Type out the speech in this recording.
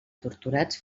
torturats